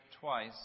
twice